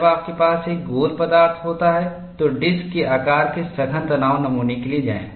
जब आपके पास एक गोल पदार्थ होता है तो डिस्क के आकार के सघन तनाव नमूने के लिए जाएं